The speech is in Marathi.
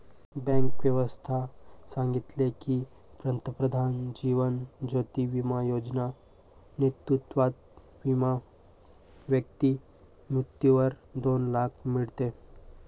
बँक व्यवस्था सांगितले की, पंतप्रधान जीवन ज्योती बिमा योजना नेतृत्वात विमा व्यक्ती मृत्यूवर दोन लाख मीडते